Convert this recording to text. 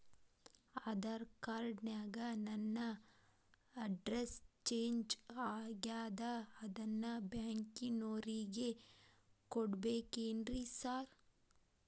Aadhaar card ನ್ಯಾಗ ನನ್ address change ಆಗ್ಯಾದ ಅದನ್ನ ಬ್ಯಾಂಕಿನೊರಿಗೆ ಕೊಡ್ಬೇಕೇನ್ರಿ ಸಾರ್?